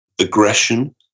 aggression